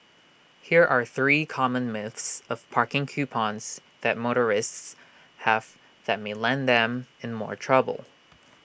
here are three common myths of parking coupons that motorists have that may land them in more trouble